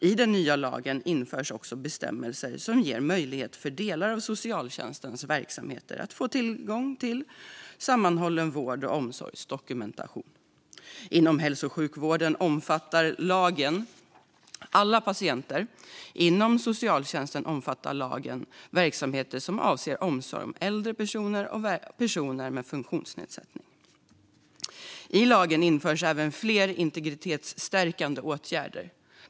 I den nya lagen införs också bestämmelser som ger möjlighet för delar av socialtjänstens verksamheter att få tillgång till sammanhållen vård och omsorgsdokumentation. Inom hälso och sjukvården omfattar lagen alla patienter. Inom socialtjänsten omfattar lagen verksamheter som avser omsorg om äldre personer och personer med funktionsnedsättning. I lagen införs även flera integritetsstärkande åtgärder.